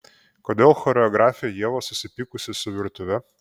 kodėl choreografė ieva susipykusi su virtuve